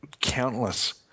countless